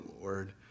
Lord